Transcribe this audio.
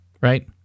right